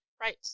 Right